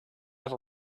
have